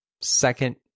second